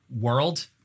world